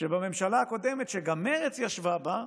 שבממשלה הקודמת, שגם מרצ ישבה בה,